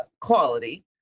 quality